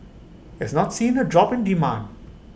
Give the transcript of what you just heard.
has not seen A drop in demand